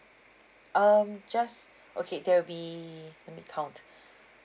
um just okay there will be let me count